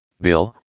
Bill